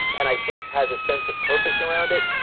and i think has a sense of purpose around it.